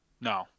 No